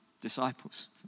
disciples